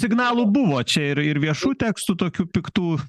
signalų buvo čia ir ir viešų tekstų tokių piktų